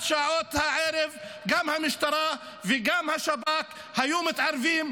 אז עד שעות הערב גם המשטרה וגם השב"כ היו מתערבים,